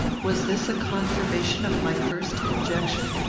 was this a confirmation of my first conjecture?